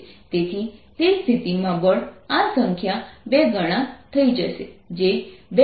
તેથી તે સ્થિતિમાં બળ આ સંખ્યા 2 ગણા થઈ જશે જે 2